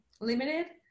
limited